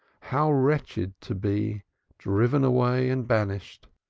how wretched to be driven away and banished,